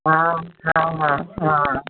हा हा हा हा